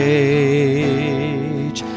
age